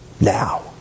now